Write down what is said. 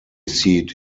seat